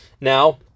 Now